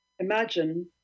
Imagine